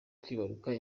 kwibaruka